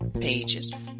pages